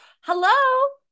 hello